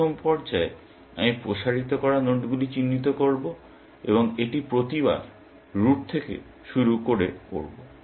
প্রথম পর্যায়ে আমি প্রসারিত করা নোডগুলি চিহ্নিত করব এবং এটি প্রতিবার রুট থেকে শুরু করে করব